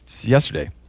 yesterday